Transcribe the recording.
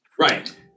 Right